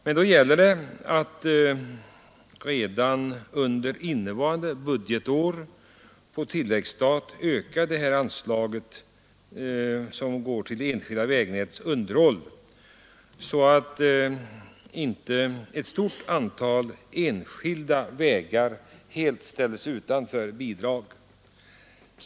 Det gäller sålunda att redan under innevarande budgetår på tilläggsstat II öka anslaget till det enskilda vägnätets underhåll, så att inte ett stort antal enskilda vägar helt ställs utanför bidrag.